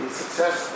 success